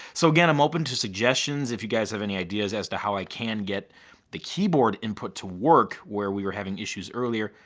so again, i'm open to suggestions. if you guys have any ideas as to how i can get the keyboard input to work where we were having issues earlier.